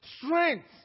strength